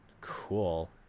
Cool